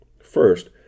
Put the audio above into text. First